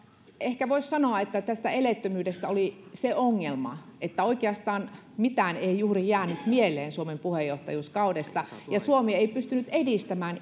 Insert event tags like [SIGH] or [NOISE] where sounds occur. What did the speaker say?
ehkä voisi sanoa että tässä eleettömyydessä oli se ongelma että oikeastaan juuri mitään ei jäänyt mieleen suomen puheenjohtajuuskaudesta ja suomi ei pystynyt edistämään [UNINTELLIGIBLE]